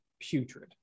putrid